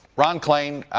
ron klain,